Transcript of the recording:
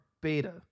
beta